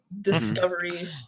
discovery